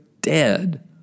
dead